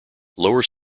lower